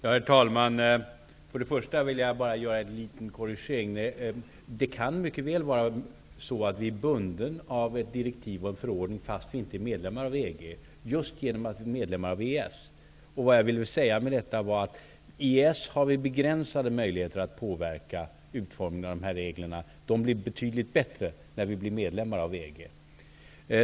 Herr talman! För det första vill jag göra en liten korrigering. Vi kan mycket väl just som medlemmar av EES vara bundna av ett direktiv och en förordning trots att vi inte är medlemmar av EG. Vad jag vill säga med detta är att vi i EES har begränsade möjligheter att påverka utformningen av de här reglerna. Reglerna blir betydligt bättre när vi blir medlemmar av EG.